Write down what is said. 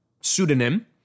pseudonym